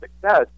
success